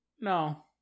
No